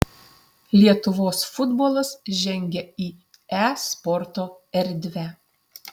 lietuvos futbolas žengia į e sporto erdvę